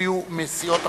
יצביעו מסיעות אחרות.